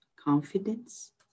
Confidence